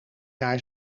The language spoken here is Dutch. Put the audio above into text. naar